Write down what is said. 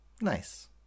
nice